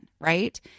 Right